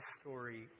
story